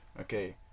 okay